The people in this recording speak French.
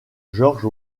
george